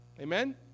Amen